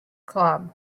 club